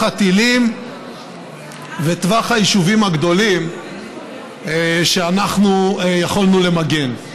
הטילים וטווח היישובים הגדולים שאנחנו יכולנו למגן.